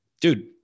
Dude